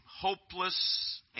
hopeless